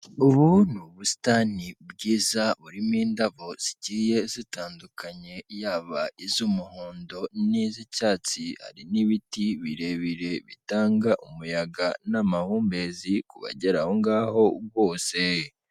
Ubu ni ubusitani bwiza burimo indabo zigiye zitandukanye, yaba iz'umuhondo n'iz'icyatsi. Hari n'ibiti birebire bitanga umuyaga n'amahumbezi ku bagera aho ngaho bose.